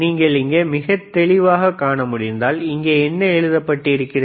நீங்கள் இங்கே மிகத் தெளிவாகக் காண முடிந்தால் இங்கே என்ன எழுதப்பட்டுள்ளது